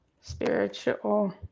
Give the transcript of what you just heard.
Spiritual